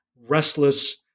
restless